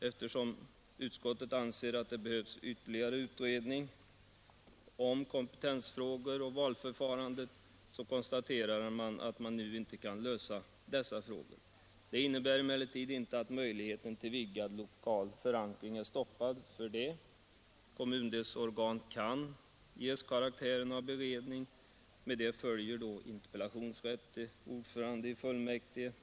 Eftersom utskottet anser att det behövs ytterligare utredning om kompetensfrågor och valförfarande konstaterar man att man inte nu kan lösa dessa frågor.” Det innebär emellertid inte att möjligheten till vidgad lokal förankring är stoppad. Kommundelsorgan kan ges karaktären av beredning. Med det följer då interpellationsrätt till ordförande i fullmäktige.